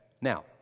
Now